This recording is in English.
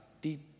deep